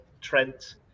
Trent